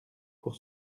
pour